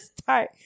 start